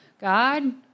God